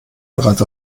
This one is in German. bereits